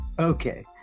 Okay